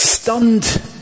stunned